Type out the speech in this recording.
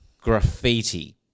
Graffiti